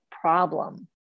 problem